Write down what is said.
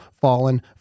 Fallen